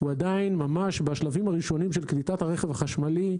עדיין ממש בשלבים הראשונים של קליטת הרכב החשמלי,